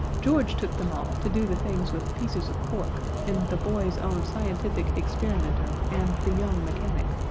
george took them all to do the things with pieces of cork in the boy's own scientific experimenter and the young mechanic